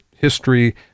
history